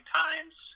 times